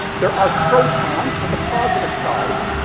there are protons, with a positive charge.